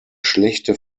schlechte